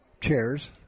chairs